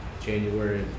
January